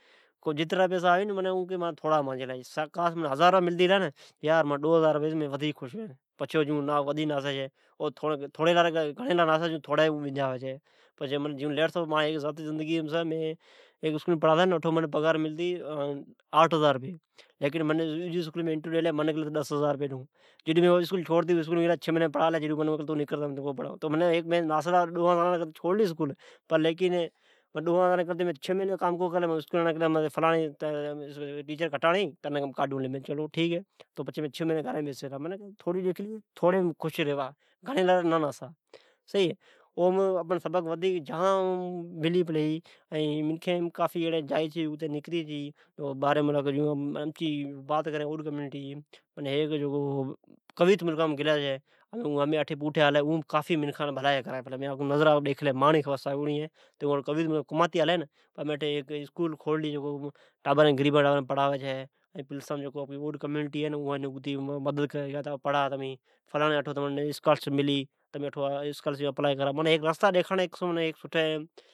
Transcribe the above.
جترا پیسی ھری اترا تھوڑا ھی جیکڈھن کان ھزار رپیی مللی ھی تو او سوچی تے ماٹھ ڈو ھزار ھوی تو سٹگی ھتئ۔ معنی تھوڑی ڈیکھتے گھڑی لاری ناسی چھ تو اون سب کچھ وجائی چھے ۔ جون مان جا زاتی زندگی مین مین ھیکی اسکولی آٹھ ھزار پگار ڈتے پر مین ڈجی اسکولے ٹیسٹ ڈیلے تو منی ڈس ھزار ڈلی کجھ مھینی منی چھو ڑڈیلا ڈو وان ھزارین لے کرتے اسکول چھوڑلے۔ معنی گھڑی لاری نہ ناسا جکو ھی اوم خش ریوا ۔ امچی اوڈ ھتے جکو کویت ملکا مین گلے، این واپس آلئ تو قافئ میکھن جی بھلائی کرلے ۔ مین ایون مدد کرڑ چاوین جام اسکارلاسپا آوی چھے اوم اپلائی کرتے رھی